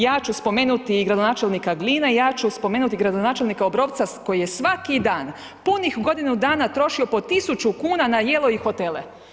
Ja ću spomenuti i gradonačelnika Gline, ja ću spomenuti i gradonačelnika Obrovca koji je svaki dan punih godinu dana trošio po 1.000,00 kn na jelo i hotele.